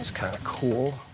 kind of cool.